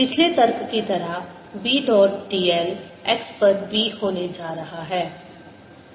पिछले तर्क की तरह B डॉट dl x पर B होने जा रहा है